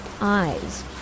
eyes